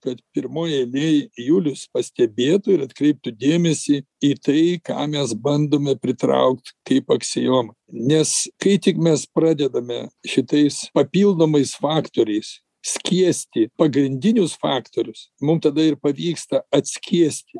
kad pirmoj eilėj julius pastebėtų ir atkreiptų dėmesį į tai ką mes bandome pritraukt kaip aksiomą nes kai tik mes pradedame šitais papildomais faktoriais skiesti pagrindinius faktorius mum tada ir pavyksta atskiesti